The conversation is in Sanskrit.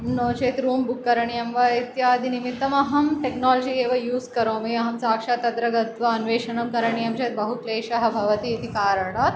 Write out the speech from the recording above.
नो चेत् रूं बुक् करणीयं वा इत्यादिनिमित्तम् अहं टेक्नालजि एव यूस् करोमि अहं सक्षात् तत्र गत्वा अन्वेषणं करणीयं चेत् बहु क्लेशः भवति इति कारणात्